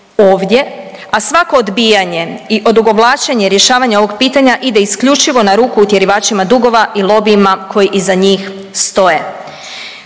ovdje, a svako odbijanje i odugovlačenje rješavanja ovog pitanja idu isključivo na ruku utjerivačima dugova i lobijima koji iza njih stoje.